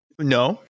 No